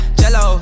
jello